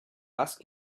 ask